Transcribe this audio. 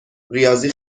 ریاضی